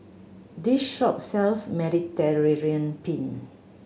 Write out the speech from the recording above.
this shop sells Mediterranean Penne